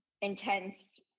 intense